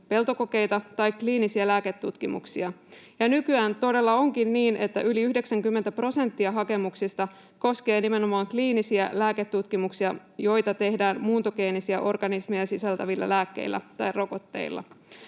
peltokokeita tai kliinisiä lääketutkimuksia. Ja nykyään todella onkin niin, että yli 90 prosenttia hakemuksista koskee nimenomaan kliinisiä lääketutkimuksia, joita tehdään muuntogeenisiä organismeja sisältävillä lääkkeillä tai rokotteilla.